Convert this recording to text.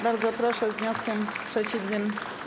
Bardzo proszę, z wnioskiem przeciwnym.